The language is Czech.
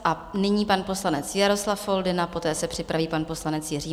A nyní pan poslanec Jaroslav Foldyna, poté se připraví pan poslanec Jiří Mašek.